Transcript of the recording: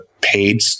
paid